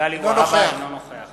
אינו נוכח